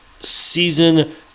season